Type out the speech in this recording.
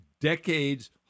decades